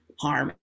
harm